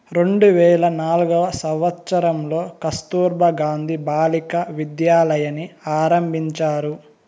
రెండు వేల నాల్గవ సంవచ్చరంలో కస్తుర్బా గాంధీ బాలికా విద్యాలయని ఆరంభించారు